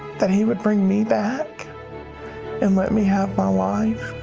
that he would bring me back and let me have my life,